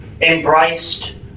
embraced